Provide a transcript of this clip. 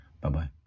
Bye-bye